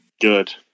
good